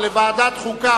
לדיון מוקדם בוועדת החוקה,